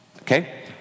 okay